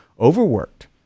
overworked